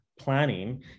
planning